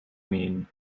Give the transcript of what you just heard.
mean